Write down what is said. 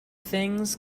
things